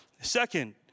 Second